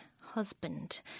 husband